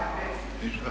Hvala